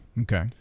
okay